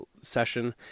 session